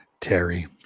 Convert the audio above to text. Terry